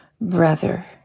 brother